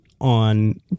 on